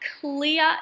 clear